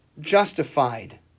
justified